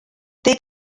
they